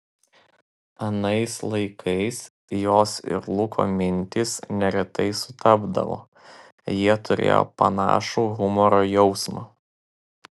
anais laikais jos ir luko mintys neretai sutapdavo jie turėjo panašų humoro jausmą